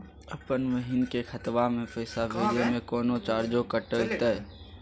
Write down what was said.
अपन बहिन के खतवा में पैसा भेजे में कौनो चार्जो कटतई?